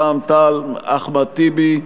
רע"ם-תע"ל-מד"ע: אחמד טיבי.